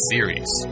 Series